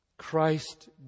Christ